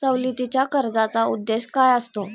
सवलतीच्या कर्जाचा उद्देश काय असतो?